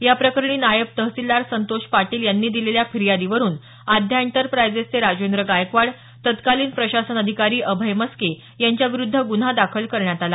याप्रकरणी नायब तहसिलदार संतोष पाटील यांनी दिलेल्या फिर्यादीवरुन आध्या एंटरप्रायजेसचे राजेंद्र गायकवाड तत्कालिन प्रशासन अधिकारी अभय मस्के यांच्याविरुद्ध गुन्हा दाखल करण्यात आला